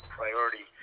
priority